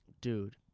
dude